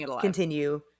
continue –